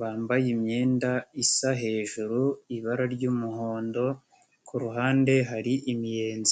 bambaye imyenda isa, hejuru ibara ry'umuhondo, ku ruhande hari imiyenzi.